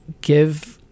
give